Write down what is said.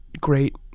great